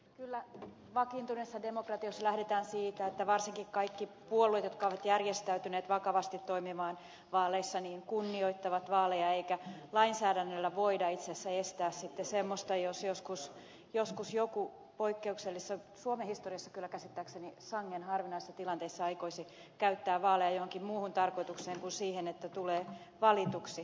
kyllä vakiintuneissa demokratioissa lähdetään siitä että varsinkin kaikki puolueet jotka ovat järjestäytyneet vakavasti toimimaan vaaleissa kunnioittavat vaaleja eikä lainsäädännöllä voida itse asiassa estää sitten semmoista jos joskus joku poikkeuksellisessa suomen historiassa kyllä käsittääkseni sangen harvinaisessa tilanteessa aikoisi käyttää vaaleja johonkin muuhun tarkoitukseen kuin siihen että tulee valituksi